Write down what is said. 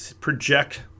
project